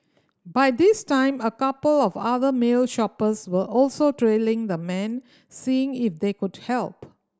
by this time a couple of other male shoppers were also trailing the man seeing if they could help